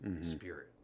spirit